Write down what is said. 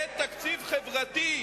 זה תקציב חברתי.